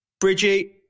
Bridgie